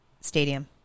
Stadium